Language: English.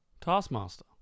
Taskmaster